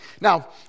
Now